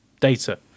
data